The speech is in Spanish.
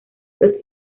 los